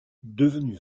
devenue